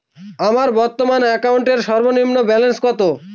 আমার বর্তমান অ্যাকাউন্টের সর্বনিম্ন ব্যালেন্স কত?